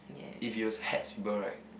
if he was hatch people right